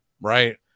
right